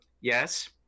Yes